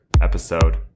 episode